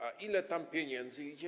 A ile tam pieniędzy idzie?